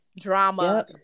drama